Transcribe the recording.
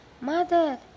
mother